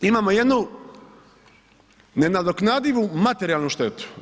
Imamo jednu nenadoknadivu materijalnu štetu.